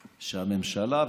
שהממשלה,